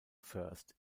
first